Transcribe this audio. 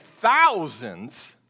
thousands